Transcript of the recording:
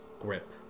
grip